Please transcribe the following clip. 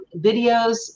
videos